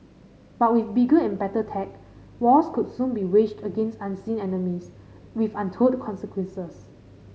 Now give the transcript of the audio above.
but with bigger and better tech wars could soon be waged against unseen enemies with untold consequences